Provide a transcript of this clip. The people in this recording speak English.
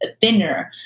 thinner